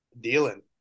dealing